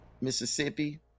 Mississippi